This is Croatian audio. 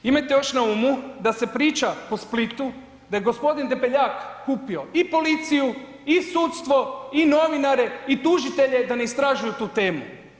Imajte još na umu da se priča po Splitu da je g. Debeljak kupio i policiju i sudstvo i novinare i tužitelje da ne istražuju tu temu.